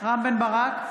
רם בן ברק,